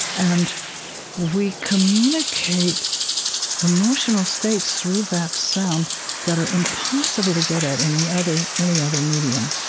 and we communicate emotional states through that sound that are impossible to get at any other any other medium.